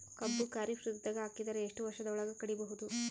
ಕಬ್ಬು ಖರೀಫ್ ಋತುದಾಗ ಹಾಕಿದರ ಎಷ್ಟ ವರ್ಷದ ಒಳಗ ಕಡಿಬಹುದು?